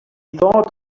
thought